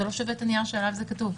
זה לא שווה את הנייר שעליו זה כתוב.